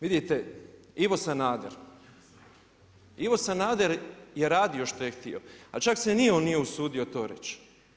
Vidite Ivo Sanader, Ivo Sanader je radio što je htio a čak se ni on nije usudio to reći.